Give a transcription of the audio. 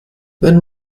wenn